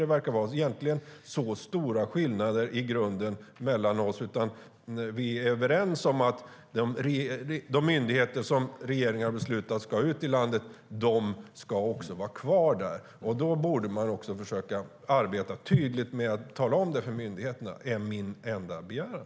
Det verkar inte vara så stora skillnader mellan oss i grunden, utan vi är överens om att de myndigheter som regeringen har beslutat ska ut i landet också ska vara kvar där. Då borde man försöka arbeta tydligt med att tala om det för myndigheterna. Det är min enda begäran.